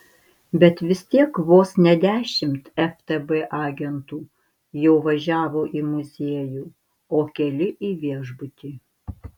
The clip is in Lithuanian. bet vis tiek vos ne dešimt ftb agentų jau važiavo į muziejų o keli į viešbutį